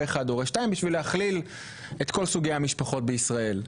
אחד או שתיים בשביל להכליל את כל סוגי המשפחות בישראל,